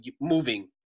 moving